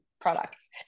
products